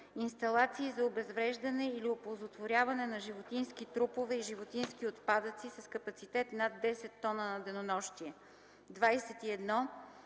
Инсталации за обезвреждане или оползотворяване на животински трупове и животински отпадъци с капацитет над 10 т на денонощие. 21.